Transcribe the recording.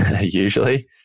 usually